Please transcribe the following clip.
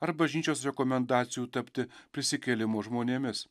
ar bažnyčios rekomendacijų tapti prisikėlimo žmonėmis